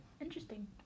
Interesting